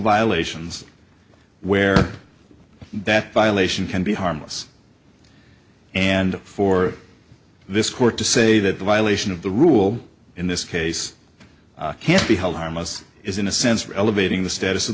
violations where that violation can be harmless and for this court to say that the violation of the rule in this case can't be held harmless is in a sense of elevating the status of